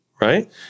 right